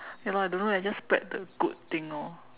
ya lah don't know eh just spread the good thing lor